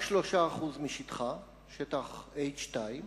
רק 3% משטחה, שטח H2,